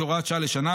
כהוראת שעה לשנה,